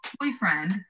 boyfriend